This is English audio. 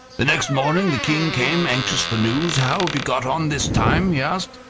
the next morning the king came, anxious for news. how have you got on this time? he asked.